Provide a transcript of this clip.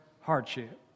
hardship